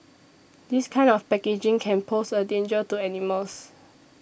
this kind of packaging can pose a danger to animals